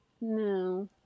No